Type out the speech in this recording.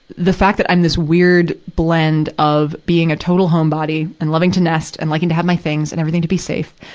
the fact that i'm this weird blend of being a total homebody and loving to nest and liking to have my things and everything to be safe,